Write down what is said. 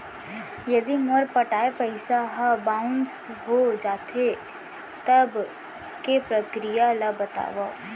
यदि मोर पटाय पइसा ह बाउंस हो जाथे, तब के प्रक्रिया ला बतावव